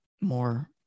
more